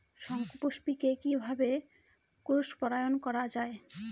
শঙ্খপুষ্পী কে কিভাবে ক্রস পরাগায়ন করা যায়?